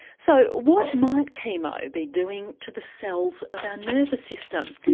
so what might chemo be doing to the cells of our nervous system?